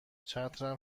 چترم